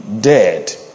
dead